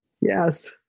Yes